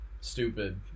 Stupid